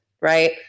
right